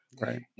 Right